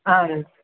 اَہَن حظ